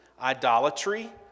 idolatry